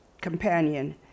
companion